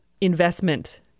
investment